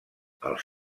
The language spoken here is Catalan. els